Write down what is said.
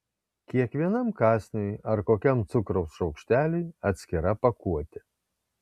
kiekvienam kąsniui ar kokiam cukraus šaukšteliui atskira pakuotė